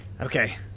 Okay